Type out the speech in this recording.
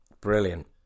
brilliant